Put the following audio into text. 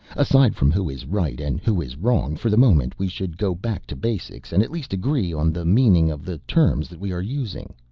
aside from who is right and who is wrong, for the moment, we should go back to basics and at least agree on the meaning of the terms that we are using.